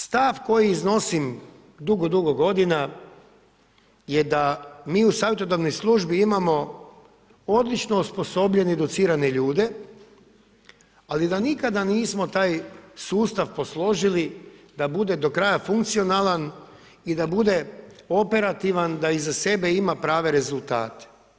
Stav koji iznosim dugo, dugo godina je da mi u savjetodavnoj službi imamo odlično osposobljene i educirane ljude ali da nikada nismo taj sustav posložili da bude do kraja funkcionalan i da bude operativan i da iza sebe ima prave rezultate.